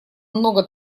много